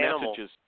messages